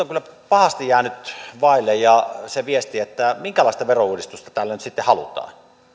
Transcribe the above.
kyllä pahasti jäänyt vaille se viesti minkälaista verouudistusta täällä nyt sitten halutaan